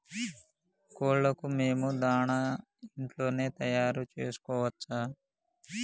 కోళ్లకు మేము దాణా ఇంట్లోనే తయారు చేసుకోవచ్చా?